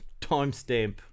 timestamp